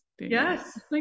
Yes